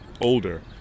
older